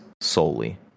solely